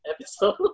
episode